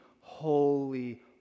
holy